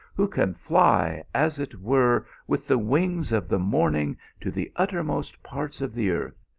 who can fly, as it were, with the wings of the morning to the uttermost parts of the earth.